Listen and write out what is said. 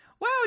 Wow